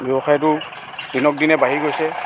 ব্যৱসায়টো দিনক দিনে বাঢ়ি গৈছে